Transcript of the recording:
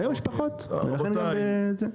רבותיי,